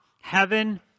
Heaven